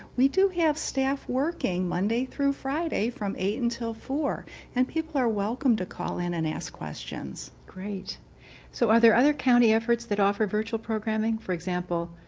we do have staff working monday through friday from eight until for and people are welcome to call in and ask questions. great so other other county efforts that offer virtual programming for example,